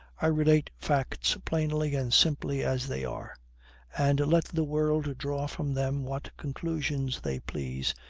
i relate facts plainly and simply as they are and let the world draw from them what conclusions they please,